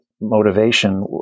motivation